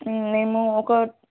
మేము ఒక